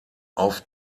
auf